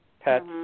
Pets